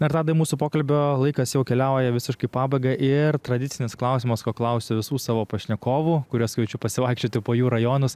na ir tadai mūsų pokalbio laikas jau keliauja visiškai į pabaigą ir tradicinis klausimas ko klausiu visų savo pašnekovų kuriuos kviečiu pasivaikščioti po jų rajonus